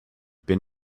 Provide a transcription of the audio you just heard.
been